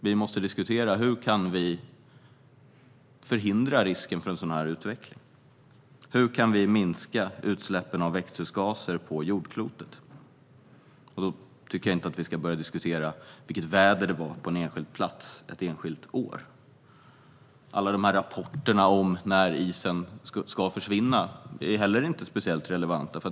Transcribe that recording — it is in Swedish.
Vi måste diskutera hur vi kan förhindra eller minska risken för en sådan utveckling och hur vi kan minska utsläppen av växthusgaser på jordklotet. Då tycker jag inte att vi ska börja diskutera vilket väder det var på en enskild plats ett enskilt år. Alla rapporter om när isen kommer att försvinna är inte heller speciellt relevanta.